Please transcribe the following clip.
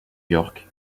york